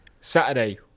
Saturday